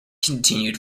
continued